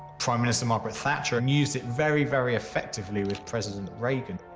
prime minister margaret thatcher and used it very, very effectively with president reagan.